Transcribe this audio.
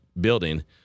building